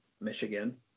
michigan